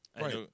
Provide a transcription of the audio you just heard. Right